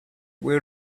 will